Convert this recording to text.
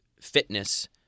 fitness